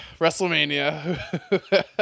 WrestleMania